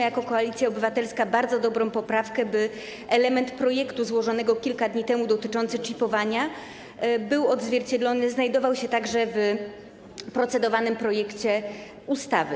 Jako Koalicja Obywatelska zgłosiliśmy bardzo dobrą poprawkę, by element projektu złożonego kilka dni temu dotyczący czipowania był odzwierciedlony, znajdował się także w procedowanym projekcie ustawy.